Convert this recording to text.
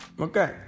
Okay